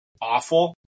awful